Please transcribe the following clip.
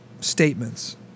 statements